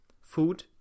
food